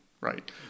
Right